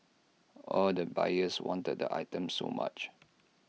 all the buyers wanted the items so much